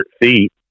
feet